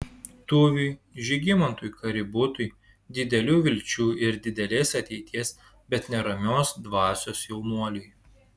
tuviui žygimantui kaributui didelių vilčių ir didelės ateities bet neramios dvasios jaunuoliui